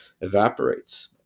evaporates